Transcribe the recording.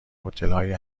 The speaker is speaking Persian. هتلهای